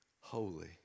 Holy